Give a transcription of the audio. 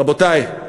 רבותי,